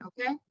Okay